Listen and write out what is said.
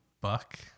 Buck